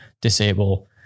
Disable